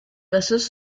vessels